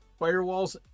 firewalls